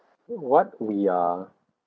what we are